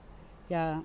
ya